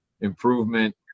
improvement